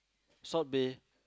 Salt Bay